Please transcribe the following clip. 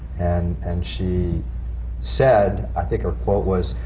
and and she said, i think her quote was,